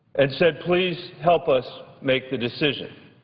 and said please help us make the decision,